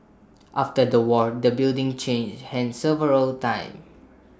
after the war the building changed hands several times